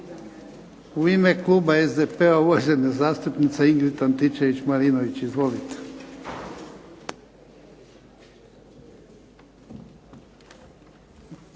U ime kluba SDP-a, uvažena zastupnica Ingrid Antičević Marinović. Izvolite.